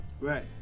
Right